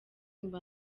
mba